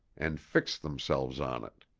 and fixed themselves on it.